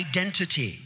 identity